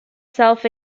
self